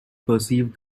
perceived